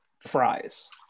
Fries